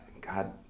God